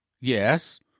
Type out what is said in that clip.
Yes